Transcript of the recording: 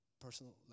Personal